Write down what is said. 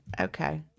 okay